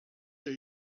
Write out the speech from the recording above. day